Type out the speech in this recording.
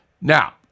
Now